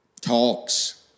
Talks